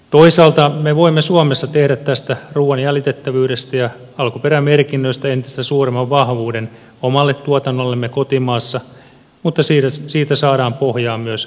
toisaalta me voimme suomessa tehdä tästä ruuan jäljitettävyydestä ja alkuperämerkinnöistä entistä suuremman vahvuuden omalle tuotannollemme kotimaassa mutta siitä saadaan pohjaa myös vientimarkkinoille